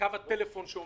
בקו הטלפון של